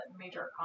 major